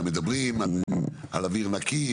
מדברים על אוויר נקי,